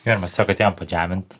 jo mes tiesiog atėjom padžiamint